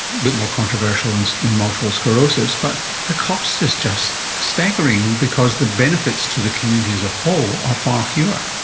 bit more controversial and than multiple sclerosis, but the cost is just staggering because the benefits to the community as a whole are far fewer.